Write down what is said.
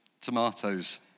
tomatoes